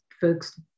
folks